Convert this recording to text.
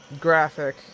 graphic